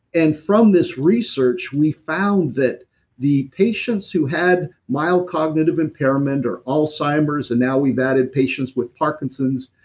and from this research we found that the patients who had mild cognitive impairment or alzheimer's, and now we've added patients with parkinson's,